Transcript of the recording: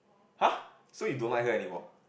!huh! so you don't like her anymore